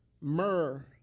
Myrrh